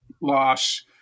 loss